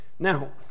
Now